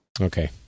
Okay